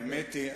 האמת היא,